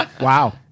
Wow